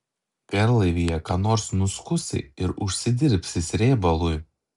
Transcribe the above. garlaivyje ką nors nuskusi ir užsidirbsi srėbalui